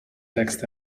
text